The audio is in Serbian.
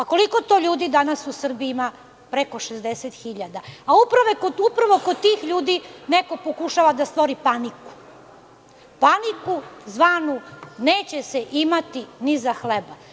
Koliko to ljudi u Srbiji danas ima preko 60.000, a upravo kod tih ljudi neko pokušava da stvori paniku, paniku zvanu – neće se imati ni za hleba.